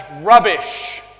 rubbish